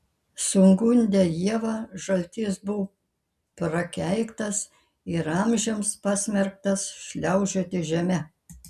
sugundę ievą žaltys buvo prakeiktas ir amžiams pasmerktas šliaužioti žeme